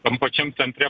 tam pačiam centre